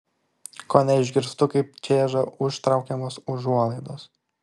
kone išgirstu kaip čeža užtraukiamos užuolaidos